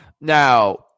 Now